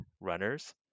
runners